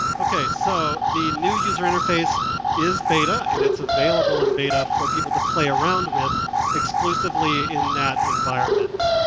ok, so the new user interface is beta and it's available in beta for people to play around with exclusively in that environment.